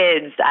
kids